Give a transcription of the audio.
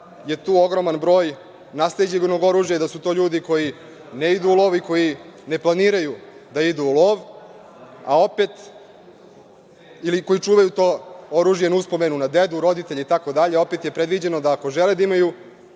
je tu ogroman broj nasleđenog oružja i da su to ljudi koji ne idu u lov i koji ne planiraju da idu u lov, ili koji čuvaju to oružje na uspomenu na dedu, roditelje itd, opet je predviđeno da ako žele da imaju